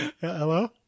Hello